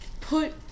put